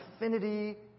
affinity